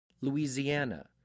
Louisiana